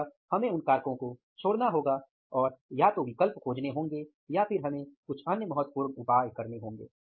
अतः हमें उन कारकों को छोड़ना होगा और या तो विकल्प खोजने होंगे या फिर हमें कुछ अन्य महत्वपूर्ण उपाय करने होंगे